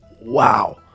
wow